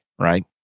right